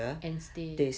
and stay